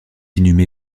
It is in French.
inhumé